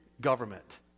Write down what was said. government